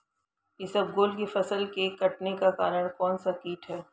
इसबगोल की फसल के कटने का कारण कौनसा कीट है?